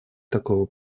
такого